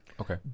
okay